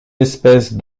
espèces